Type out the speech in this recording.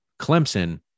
Clemson